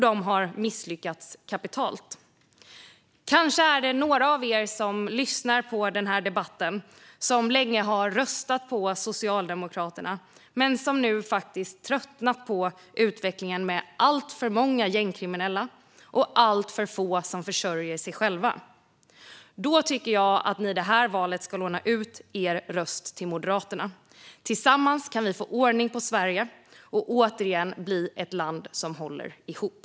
De har misslyckats kapitalt. Kanske är det några av er som lyssnar på den här debatten som länge har röstat på Socialdemokraterna men nu faktiskt tröttnat på utvecklingen med alltför många gängkriminella och alltför få som försörjer sig själva. Då tycker jag att ni i det här valet ska låna ut er röst till Moderaterna. Tillsammans kan vi få ordning på Sverige och återigen bli ett land som håller ihop.